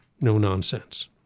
no-nonsense